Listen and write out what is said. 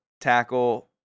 tackle